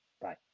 Bye